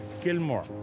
Gilmore